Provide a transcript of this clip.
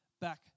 back